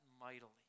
mightily